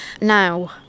now